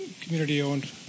community-owned